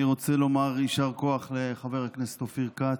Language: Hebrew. אני רוצה לומר יישר כוח לחבר הכנסת אופיר כץ,